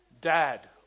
dad